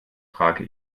trage